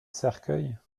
cercueil